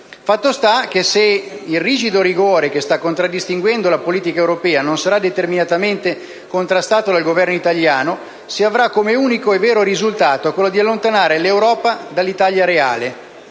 Fatto sta che se il rigido rigore che sta contraddistinguendo la politica europea non sarà contrastato con determinazione dal Governo italiano, si avrà come unico e vero risultato quello di allontanare dall'Europa l'Italia reale,